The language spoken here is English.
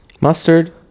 mustard